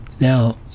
Now